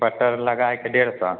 butter लगाके डेढ़ सए